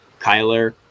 Kyler